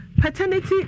paternity